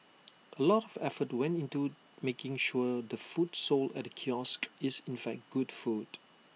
A lot of effort went into making sure the food sold at the kiosk is in fact good food